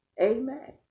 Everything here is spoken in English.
Amen